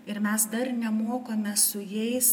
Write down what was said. ir mes dar nemokame su jais